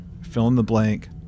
fill-in-the-blank